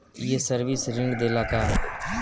ये सर्विस ऋण देला का?